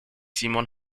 simon